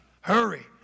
Hurry